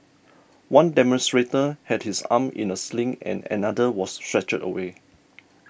one demonstrator had his arm in a sling and another was stretchered away